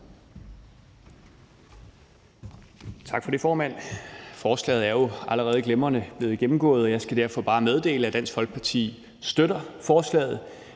Tak for det, formand. Forslaget er jo allerede glimrende blevet gennemgået, og jeg skal derfor bare meddele, at Dansk Folkeparti støtter forslaget.